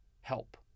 help